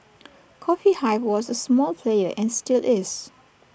coffee hive was A small player and still is